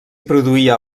produïa